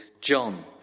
John